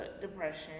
depression